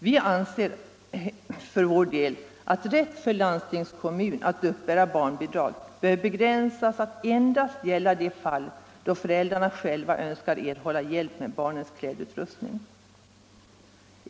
Vi anser för vår del att rätt för landstingskommun att uppbära barnbidrag bör begränsas till att endast gälla i de fall då föräldrarna själva önskar erhålla hjälp med barnens klädnadsutrustning.